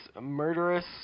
murderous